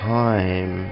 time